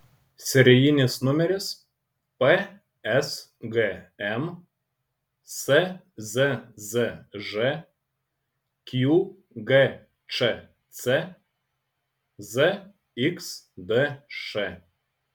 serijinis numeris psgm szzž qgčc zxdš